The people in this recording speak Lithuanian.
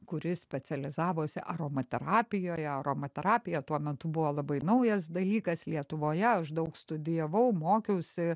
kuris specializavosi aromaterapijoje aromaterapija tuo metu buvo labai naujas dalykas lietuvoje aš daug studijavau mokiausi